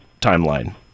timeline